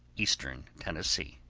eastern tennessee.